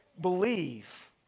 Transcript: believe